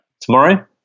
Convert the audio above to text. Tomorrow